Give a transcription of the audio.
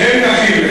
שניהם נכים.